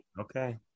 Okay